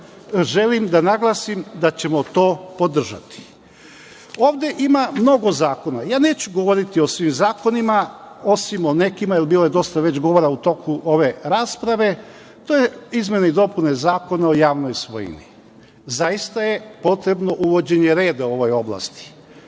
želim da naglasim da ćemo to podržati. Ovde ima mnogo zakona. Neću govoriti o svim zakonima, osim o nekima, jer bilo je dosta već govora u toku ove rasprave, to je izmena i dopuna Zakona o javnoj svojini. Zaista je potrebno uvođenje reda u ovoj oblasti.